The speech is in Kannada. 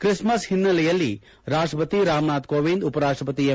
ಕ್ರಿಸ್ಮಸ್ ಹಿನ್ನೆಲೆಯಲ್ಲಿ ರಾಷ್ಟಪತಿ ರಾಮನಾಥ್ ಕೋವಿಂದ್ ಉಪರಾಷ್ಟ ಪತಿ ಎಂ